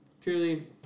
Truly